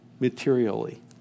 materially